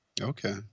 Okay